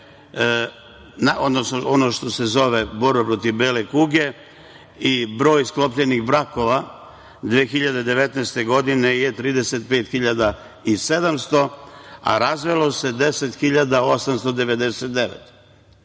ono što se zove borba protiv bele kuge i broj sklopljenih brakova 2019. godine je 35.700, a razvelo se 10.899